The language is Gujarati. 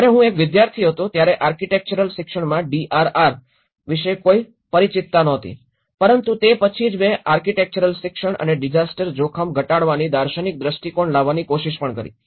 જ્યારે હું એક વિદ્યાર્થી હતો ત્યારે આર્કિટેક્ચરલ શિક્ષણમાં ડીઆરઆર વિશે કોઈ પરિચિતતા નહોતી પરંતુ તે પછી જ મેં આર્કિટેક્ચરલ શિક્ષણ અને ડિઝાસ્ટર જોખમ ઘટાડવાની દાર્શનિક દ્રષ્ટિકોણ લાવવાની કોશિશ પણ કરી